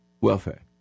Welfare